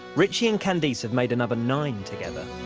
ritchie and candice have made another nine together.